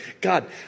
God